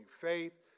faith